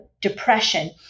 depression